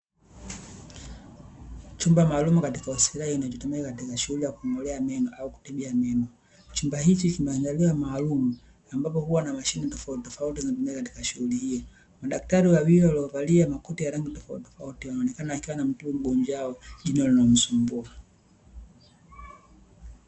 Chumba maalumu katika hospitali kinachotumika katika shughuli ya kutibia na kung'olea meno, chumba hichi kimeandaliwa maalumu, ambapo huwa na mashine tofautitofauti zinazotumika katika shughuli hiyo. Madaktari na mabingwa waliovalia makoti ya rangi tofautitofauti wameonekana wakimtibu mgonjwa wao jino linalomsumbua.